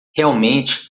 realmente